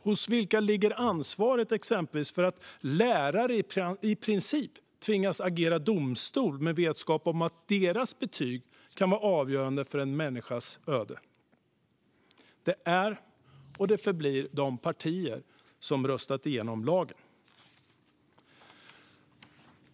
Hos vilka ligger ansvaret exempelvis för att lärare i princip tvingats agera domstol med vetskap om att deras betyg kan vara avgörande för en människas öde? Det är och förblir de partier som röstat igenom lagen.